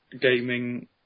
gaming